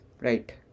right